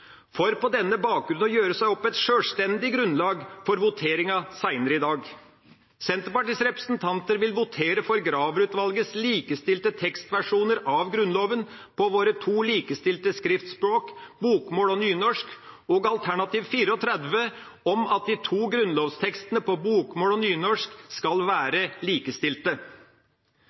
for på denne bakgrunn å danne seg et sjølstendig grunnlag for voteringa senere i dag. Senterpartiets representanter vil votere for Graver-utvalgets likestilte tekstversjoner av Grunnloven på våre to likestilte skriftspråk, bokmål og nynorsk og alternativ 34 om at de to grunnlovstekstene på bokmål og nynorsk skal være likestilte.